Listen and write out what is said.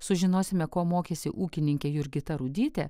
sužinosime ko mokėsi ūkininkė jurgita rudytė